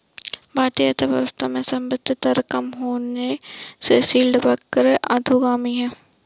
भारतीय अर्थव्यवस्था में संवृद्धि दर कम होने से यील्ड वक्र अधोगामी है